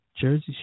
Jersey